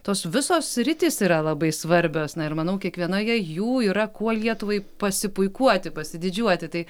tos visos sritys yra labai svarbios na ir manau kiekvienoje jų yra kuo lietuvai pasipuikuoti pasididžiuoti tai